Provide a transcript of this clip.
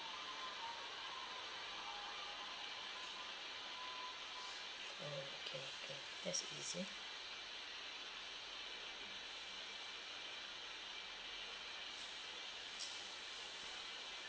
oh K K that's easy